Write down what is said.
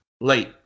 late